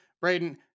Braden